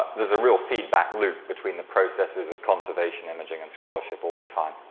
there's a real feedback loop between the processes of conservation, imaging, and scholarship all the time.